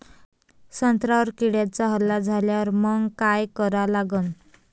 संत्र्यावर किड्यांचा हल्ला झाल्यावर मंग काय करा लागन?